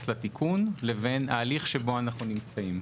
לתיקון לבין ההליך שבו אנחנו נמצאים.